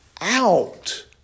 out